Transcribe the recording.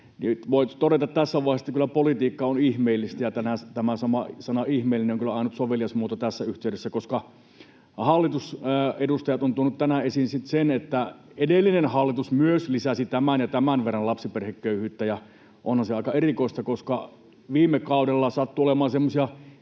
Voi todeta tässä vaiheessa, että kyllä politiikka on ihmeellistä, ja tänään tämä sama sana, ”ihmeellinen”, on kyllä ainut sovelias muoto tässä yhteydessä, koska hallituksen edustajat ovat tuoneet tänään esiin sitten sen, että myös edellinen hallitus lisäsi tämän ja tämän verran lapsiperheköyhyyttä. Onhan se aika erikoista, koska viime kaudella sattui olemaan semmoisia